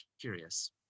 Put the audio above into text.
curious